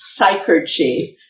psychergy